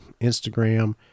Instagram